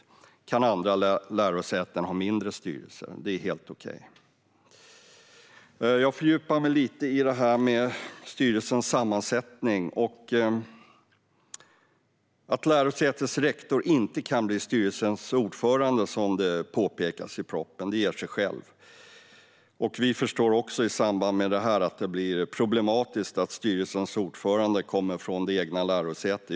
Sedan kan andra lärosäten ha en mindre styrelse; det är helt okej. Jag har fördjupat mig lite i frågan om styrelsens sammansättning. Att ett lärosätes rektor inte kan vara styrelsens ordförande, som det påpekas i propositionen, ger sig självt. Vi förstår också att det skulle vara problematiskt om styrelsens ordförande kom från det egna lärosätet.